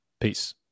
Peace